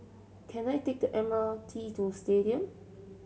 can I take the M R T to Stadium